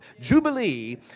Jubilee